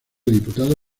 diputado